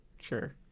Sure